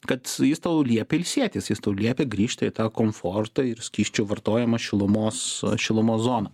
kad jis tau liepia ilsėtis jis tau liepia grįžti į tą komfortą ir skysčių vartojimą šilumos šilumos zoną